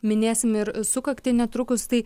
minėsim ir sukaktį netrukus tai